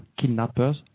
kidnappers